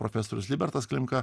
profesorius libertas klimka